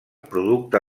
producte